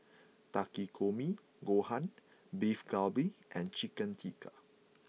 Takikomi Gohan Beef Galbi and Chicken Tikka